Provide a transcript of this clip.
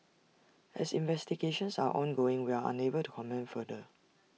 as investigations are ongoing we are unable to comment further